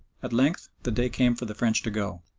at length the day came for the french to go.